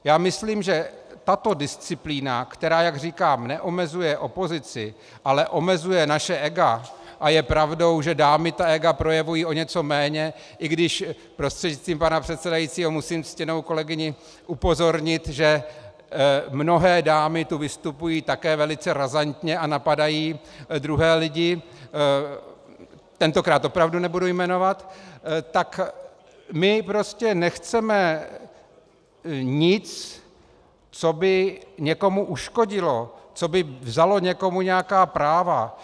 Já myslím, že tato disciplína, která, jak říkám, neomezuje opozici, ale omezuje naše ega a je pravdou, že dámy ta ega projevují o něco méně, i když, prostřednictvím pana předsedajícího, musím ctěnou kolegyni upozornit, že mnohé dámy tu vystupují také velice razantně a napadají druhé lidi, tentokrát opravdu nebudu jmenovat tak my prostě nechceme nic, co by někomu uškodilo, co by vzalo někomu nějaká práva.